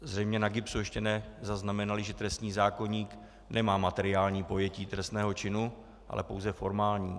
Zřejmě na GIBSu ještě nezaznamenali, že trestní zákoník nemá materiální pojetí trestného činu, ale pouze formální.